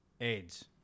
AIDS